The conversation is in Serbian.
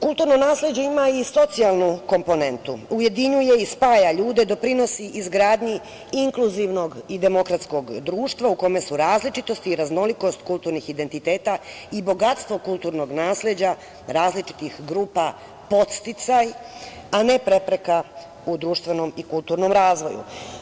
Kulturno nasleđe ima i socijalnu komponentu, ujedinjuje i spaja ljude, doprinosi izgradnji inkluzivnog i demokratskog društva u kome su različitosti i raznolikost kulturnih identiteta i bogatstvo kulturnog nasleđa različitih grupa podsticaj, a ne prepreka u društvenom i kulturnom razvoju.